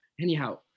Anyhow